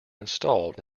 installed